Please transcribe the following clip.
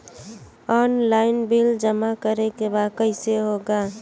Online bill जमा करे के बा कईसे होगा?